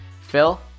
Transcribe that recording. Phil